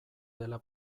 dela